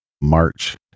March